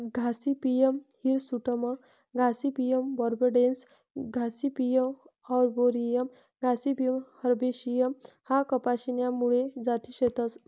Gossypium hirsutum Gossypium barbadense Gossypium arboreum Gossypium herbaceum ह्या कपाशी न्या मूळ जाती शेतस